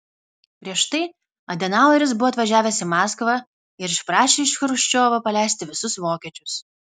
prieš tai adenaueris buvo atvažiavęs į maskvą ir išprašė iš chruščiovo paleisti visus vokiečius